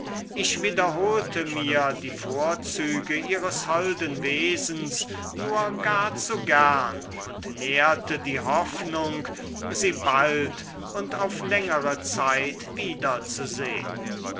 ich wiederholte mir die vorzüge ihres holden wesens nur gar zu gern und nährte die hoffnung sie bald und auf längere zeit wiederzusehn